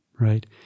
right